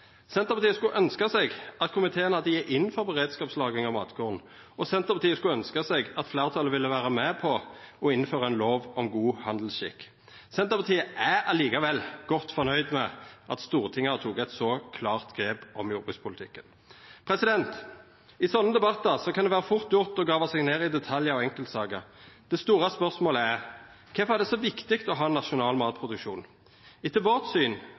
Senterpartiet skulle ha ønskt at komiteen gjekk inn for beredskapslagring av matkorn, og Senterpartiet skulle ha ønskt at fleirtalet ville vera med på å innføra ei lov om god handelsskikk. Senterpartiet er likevel godt fornøgd med at Stortinget har teke eit så klart grep om jordbrukspolitikken. I slike debattar kan det vera fort gjort å grava seg ned i detaljar og enkeltsaker. Det store spørsmålet er: Kvifor er det så viktig å ha ein nasjonal matproduksjon? Etter vårt syn